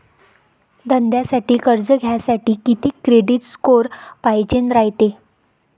धंद्यासाठी कर्ज घ्यासाठी कितीक क्रेडिट स्कोर पायजेन रायते?